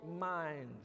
minds